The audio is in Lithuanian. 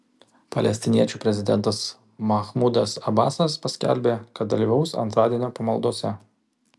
palestiniečių prezidentas mahmudas abasas paskelbė kad dalyvaus antradienio pamaldose